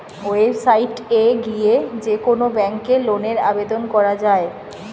website এ গিয়ে যে কোন ব্যাংকে লোনের আবেদন করা যায়